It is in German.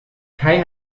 kai